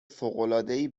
فوقالعادهای